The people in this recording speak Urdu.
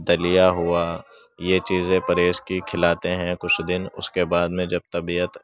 دلیا ہوا یہ چیزیں پرہیز کی کھلاتے ہیں کچھ دن اس کے بعد میں جب طبیعت